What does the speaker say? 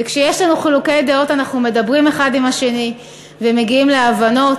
וכשיש לנו חילוקי דעות אנחנו מדברים אחד עם השני ומגיעים להבנות.